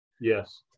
Yes